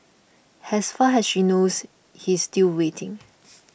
has far has she knows he's still waiting